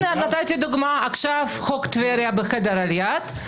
הנה, חוק טבריה בחדר ליד.